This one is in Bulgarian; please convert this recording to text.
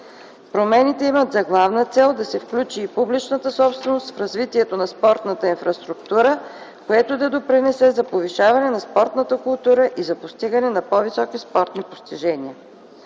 Промените имат за главна цел да се включи и публичната собственост в развитието на спортната инфраструктура, което да допринесе за повишаване на спортната култура и до постигане на по-високи спортни постижения.